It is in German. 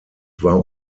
war